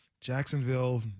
Jacksonville